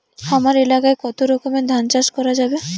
হামার এলাকায় কতো রকমের ধান চাষ করা যাবে?